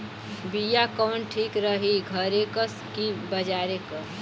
बिया कवन ठीक परी घरे क की बजारे क?